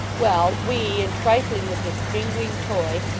well we, in trifling with this jingling toy,